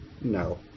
No